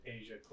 Asia